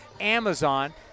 Amazon